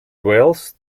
welles